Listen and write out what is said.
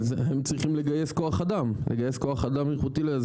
הם צריכים לגייס כוח אדם איכותי לזה,